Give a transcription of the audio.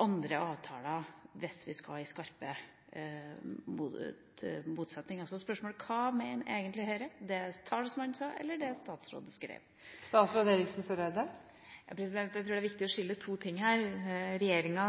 andre avtaler hvis vi skal i skarpe oppdrag. Mitt spørsmål er: Hva mener egentlig Høyre – det talspersonen sa, eller det statsråden skrev? Det er viktig å skille to ting her. Regjeringa,